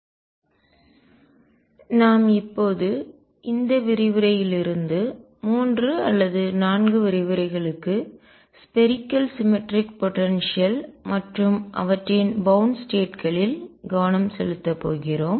கோள சமச்சீர் ஆற்றல்களில் துகள்களுக்கான ஷ்ராடின்ஜெர் சமன்பாடு கோண உந்த ஆபரேட்டர் நாம் இப்போது இந்த விரிவுரை லிருந்து 3 அல்லது 4 விரிவுரைகளுக்கு ஸ்பேரிக்கல் சிமெட்ரிக் போடன்சியல் கோள சமச்சீர் ஆற்றல் மற்றும் அவற்றின் பௌவ்ட் ஸ்டேட் களில் கவனம் செலுத்தப் போகிறோம்